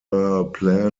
circular